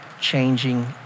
changing